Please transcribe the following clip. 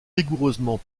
rigoureusement